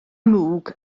mwg